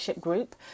group